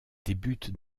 débute